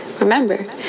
Remember